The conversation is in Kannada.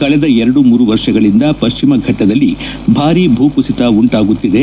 ಕಳೆದ ಎರಡು ಮೂರು ವರ್ಷಗಳಿಂದ ಪಶ್ಲಿಮ ಫಟ್ಟದಲ್ಲಿ ಭಾರೀ ಭೂ ಕುಸಿತ ಉಂಟಾಗುತ್ತಿದೆ